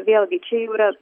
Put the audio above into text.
vėlgi čia jau yra